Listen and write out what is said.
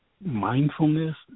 mindfulness